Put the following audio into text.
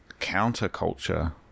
counterculture